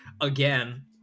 again